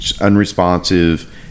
unresponsive